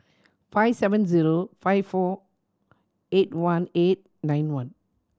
five seven zero five four eight one eight nine one